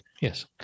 Yes